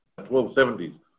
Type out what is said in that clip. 1270s